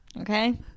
Okay